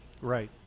Right